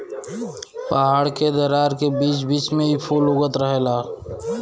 पहाड़ के दरार के बीच बीच में इ फूल उगल रहेला